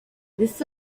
this